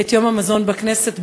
את יום המזון בכנסת,